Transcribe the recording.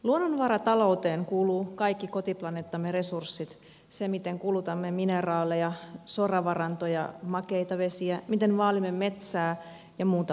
luonnonvaratalouteen kuuluvat kaikki kotiplaneettamme resurssit se miten kulutamme mineraaleja soravarantoja makeita vesiä miten vaalimme metsää ja muuta luontoa